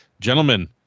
gentlemen